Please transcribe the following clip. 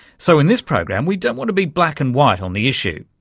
so in this program we don't want to be black and white on the issue,